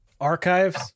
archives